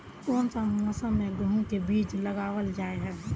कोन सा मौसम में गेंहू के बीज लगावल जाय है